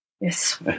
Yes